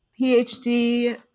PhD